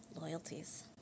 loyalties